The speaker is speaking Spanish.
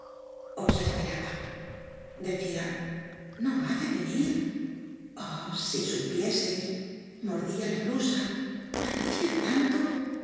os esperaba decia no ha de venir oh si supiéseis mordia la blusa padecia tanto